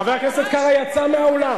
חבר הכנסת קרא יצא מהאולם.